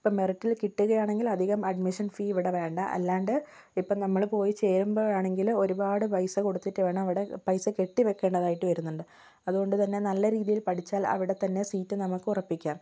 ഇപ്പം മെറിറ്റിൽ കിട്ടുകയാണെങ്കിൽ അധികം അഡ്മിഷൻ ഫീ ഇവിടെ വേണ്ട അല്ലാണ്ട് ഇപ്പം നമ്മൾ പോയി ചേരുമ്പോഴാണെങ്കിൽ ഒരുപാട് പൈസ കൊടുത്തിട്ട് വേണം അവിടെ പൈസ കെട്ടിവെക്കേണ്ടതായിട്ട് വരുന്നുണ്ട് അതുകൊണ്ടുതന്നെ നല്ല രീതിയിൽ പഠിച്ചാൽ അവിടെത്തന്നെ സീറ്റ് നമുക്ക് ഉറപ്പിക്കാം